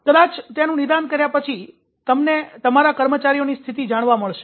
કદાચ તેનું નિદાન કર્યા પછી તમને તમારા કર્મચારીઓની સ્થિતિ જાણવા મળશે